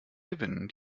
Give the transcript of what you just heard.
gewinnen